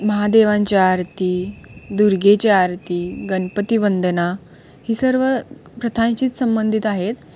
महादेवांच्या आरती दुर्गेच्या आरती गणपतीवंदना ही सर्व प्रथांशीच संबंधित आहेत